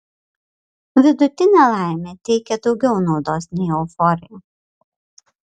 vidutinė laimė teikia daugiau naudos nei euforija